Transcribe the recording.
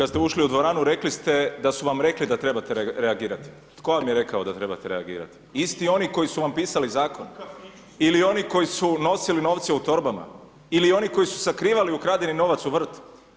Kad ste ušli u dvoranu rekli ste da su vam rekli da trebate reagirati, tko vam je rekao da trebate reagirati isti oni koji su vam pisali zakon ili oni koji su nosili novce u torbama ili oni koji su sakrivali ukradeni novac u vrt.